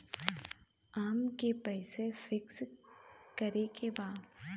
अमके पैसा फिक्स करे के बा?